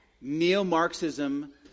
neo-Marxism